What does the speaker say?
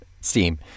Steam